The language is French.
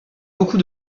beaucoup